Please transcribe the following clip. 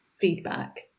feedback